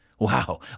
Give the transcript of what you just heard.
Wow